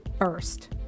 first